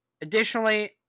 Additionally